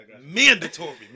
mandatory